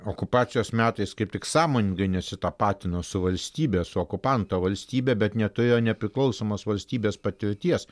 okupacijos metais kaip tik sąmoningai nesitapatino su valstybės okupanto valstybe bet neturėjo nepriklausomos valstybės patirties